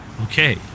okay